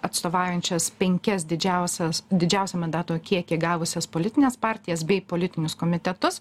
atstovaujančias penkias didžiausias didžiausią mandato kiekį gavusias politines partijas bei politinius komitetus